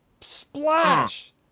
splash